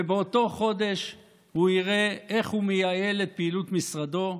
ובאותו חודש הוא יראה איך הוא מייעל את פעילות משרדו,